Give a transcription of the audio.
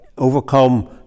overcome